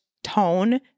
tone